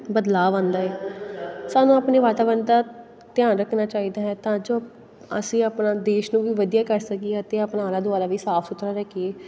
ਬਦਲਾਅ ਆਉਂਦਾ ਹੈ ਸਾਨੂੰ ਆਪਣੇ ਵਾਤਾਵਰਨ ਦਾ ਧਿਆਨ ਰੱਖਣਾ ਚਾਹੀਦਾ ਹੈ ਤਾਂ ਜੋ ਅਸੀਂ ਆਪਣਾ ਦੇਸ਼ ਨੂੰ ਵੀ ਵਧੀਆ ਕਰ ਸਕੀਏ ਅਤੇ ਆਪਣਾ ਆਲਾ ਦੁਆਲਾ ਵੀ ਸਾਫ਼ ਸੁਥਰਾ ਰੱਖੀਏ